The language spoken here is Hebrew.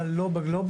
אבל לא בגלובאל,